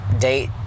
date